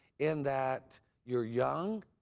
in that you're young,